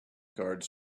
guards